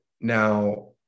Now